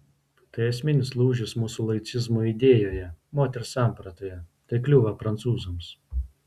tai esminis lūžis mūsų laicizmo idėjoje moters sampratoje tai kliūva prancūzams